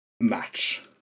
match